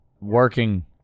working